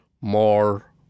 more